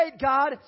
God